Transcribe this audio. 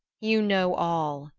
you know all,